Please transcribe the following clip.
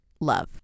love